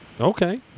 Okay